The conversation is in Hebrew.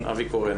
אבי קורן.